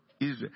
Israel